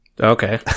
Okay